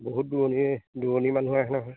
বহুত দুৰণিৰ দুৰণি মানুহ আহে নহয়